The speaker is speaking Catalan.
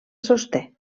sosté